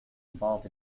involved